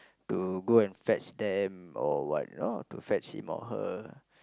to go and fetch them or what you know to fetch him or her